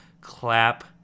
clap